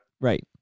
Right